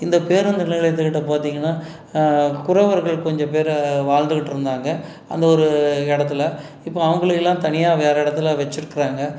இந்த பேருந்து நிலையத்துக்கிட்ட பார்த்தீங்கன்னா குறவர்கள் கொஞ்சம் பேர் வாழ்ந்துக்கிட்ருந்தாங்க அந்த ஒரு இடத்துல இப்போ அவங்களுக்கெல்லாம் தனியாக வேற இடத்துல வச்சிருக்கறாங்க